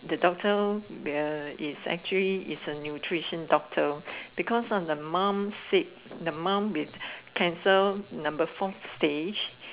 the doctor well its actually is a nutrition doctor because of the mom sick the mom with cancer number forth stage